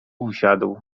usiadł